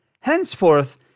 Henceforth